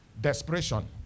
desperation